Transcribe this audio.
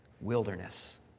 Wilderness